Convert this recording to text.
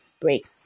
break